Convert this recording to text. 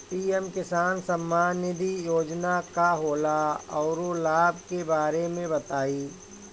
PM किसान सम्मान निधि योजना का होला औरो लाभ के बारे में बताई?